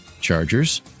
Chargers